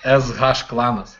es haš klanas